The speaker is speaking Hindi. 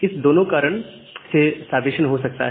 इन दोनों के कारण स्टार्वेशन हो सकता है